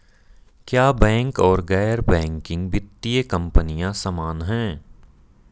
क्या बैंक और गैर बैंकिंग वित्तीय कंपनियां समान हैं?